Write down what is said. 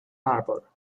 harbor